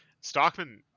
Stockman